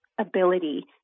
ability